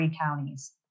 counties